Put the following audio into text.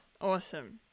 Awesome